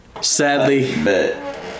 Sadly